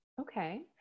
Okay